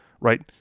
right